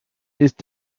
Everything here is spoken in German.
ist